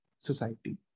society